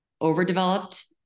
overdeveloped